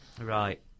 Right